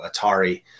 Atari